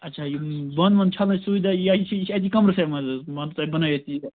اچھا یہِ بانہٕ وانہٕ چھلنٕچ سہوٗلِیات یا یہِ چھِ اَتہِ کمرَسٕے منٛز حظ مان ژٕ تَتہِ بنٲیِتھ یہِ